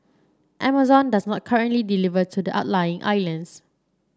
Amazon does not currently deliver to the outlying islands